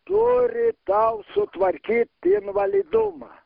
turi tau sutvarkyt invalidumą